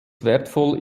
wertvoll